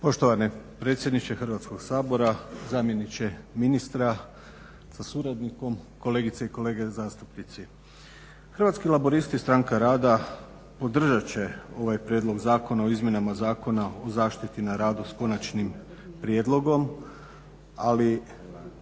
Poštovani predsjedniče Hrvatskog sabora, zamjeniče ministra sa suradnikom, kolegice i kolege zastupnici. Hrvatski laburisti – stranka rada podržat će ovaj Prijedlog zakona o izmjenama Zakona o zaštiti na radu s konačnim prijedlogom, ali